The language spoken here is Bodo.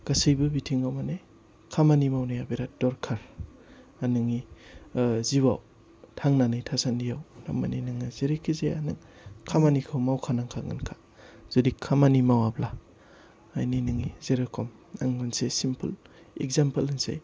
गासैबो बिथिङाव माने खामानि मावनाया बिरात दरखार बा नोंनि जिउआव थांनानै थासानदियाव थारमाने नोङो जेरैखिजाया नों खामानिखौ मावनांखागोनखा जुदि खामानि मावाब्ला माने नोंनि जेरखम आं मोनसे सिमपोल इगजामपोल होनोसै